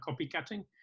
copycatting